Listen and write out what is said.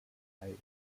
teil